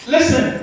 Listen